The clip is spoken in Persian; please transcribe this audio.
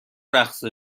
رقص